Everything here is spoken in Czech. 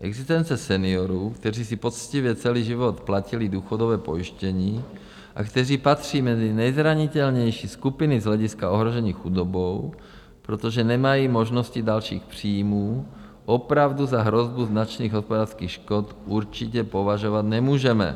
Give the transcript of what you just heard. Existenci seniorů, kteří si poctivě celý život platili důchodové pojištění a kteří patří mezi nejzranitelnější skupiny z hlediska ohrožení chudobou, protože nemají možnosti dalších příjmů, opravdu za hrozbu značných hospodářských škod určitě považovat nemůžeme.